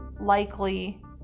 likely